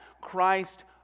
Christ